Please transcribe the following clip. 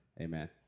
Amen